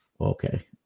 okay